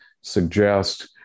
suggest